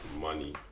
money